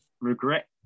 regret